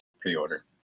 pre-order